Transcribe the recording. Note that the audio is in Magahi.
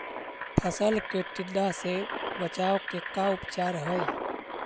फ़सल के टिड्डा से बचाव के का उपचार है?